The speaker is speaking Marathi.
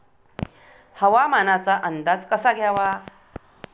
हवामानाचा अंदाज कसा घ्यावा?